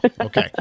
okay